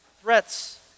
Threats